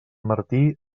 martí